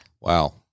Wow